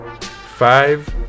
five